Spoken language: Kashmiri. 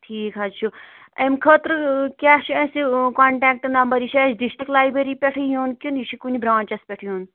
ٹھیٖک حظ چھُ اَمہِ خٲطرٕ کیٛاہ چھُ اَسہِ کوانٹیکٹہٕ نمبر یہِ چھَا اَسہِ ڈِسٹرک لایبٔری پٮ۪ٹھٕے یُن کِنہٕ یہِ چھُ کُنہِ برانٛچس پٮ۪ٹھ یُن